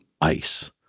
ice